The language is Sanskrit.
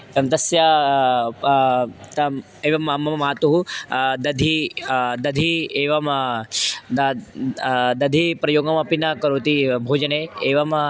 तत् तस्य तत् एवं मम मातुः दधिः दधिः एवं दधिः दध्नः प्रयोगमपि न करोति भोजने एवम्